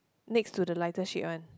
next to the lighter sheet one